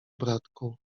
bratku